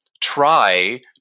try